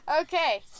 Okay